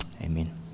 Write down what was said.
Amen